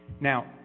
Now